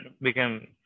become